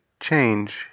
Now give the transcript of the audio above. change